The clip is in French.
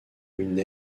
une